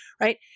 right